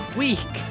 week